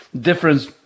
difference